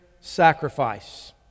sacrifice